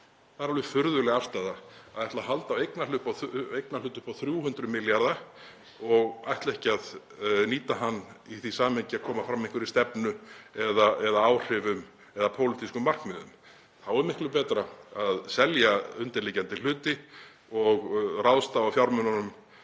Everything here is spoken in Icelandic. Það er alveg furðuleg afstaða að ætla að halda á eignarhlut upp á 300 milljarða og ætla ekki að nýta hann í því samhengi að koma fram einhverri stefnu eða áhrifum eða pólitískum markmiðum. Þá er miklu betra að selja undirliggjandi hluti og ráðstafa fjármununum